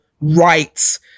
rights